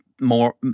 more